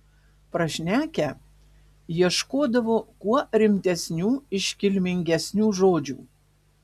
prašnekę ieškodavo kuo rimtesnių iškilmingesnių žodžių